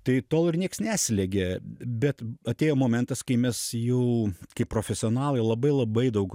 tai tol ir nieks neslėgė bet atėjo momentas kai mes jau kaip profesionalai labai labai daug